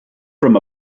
from